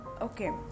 okay